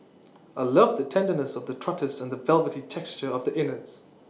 I love the tenderness of the trotters and the velvety texture of the innards